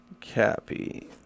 Cappy